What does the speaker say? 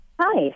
Hi